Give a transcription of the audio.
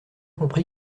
compris